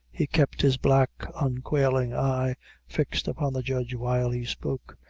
he kept his black, unquailing eye fixed upon the judge while he spoke,